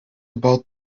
about